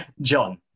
John